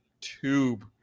tube